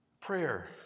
Prayer